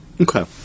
Okay